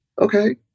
okay